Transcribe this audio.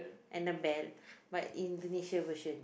and the man but Indonesia version